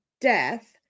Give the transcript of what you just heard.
death